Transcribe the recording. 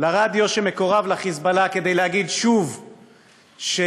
לרדיו שמקורב ל"חיזבאללה" כדי להגיד שוב שערפאת